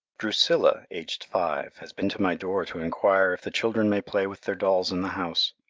drusilla, aged five, has been to my door to enquire if the children may play with their dolls in the house.